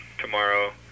tomorrow